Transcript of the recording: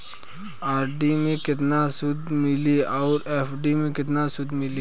RD मे केतना सूद मिली आउर एफ.डी मे केतना सूद मिली?